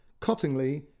Cottingley